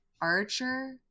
Archer